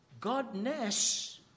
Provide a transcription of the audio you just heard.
godness